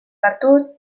hartuz